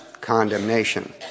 condemnation